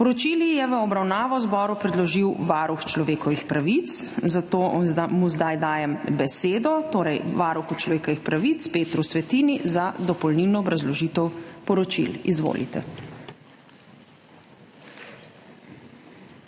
Poročili je v obravnavo Državnemu zboru predložil Varuh človekovih pravic, zato zdaj dajem besedo varuhu človekovih pravic Petru Svetini za dopolnilno obrazložitev poročil. Izvolite.